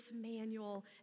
manual